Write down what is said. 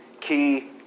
Key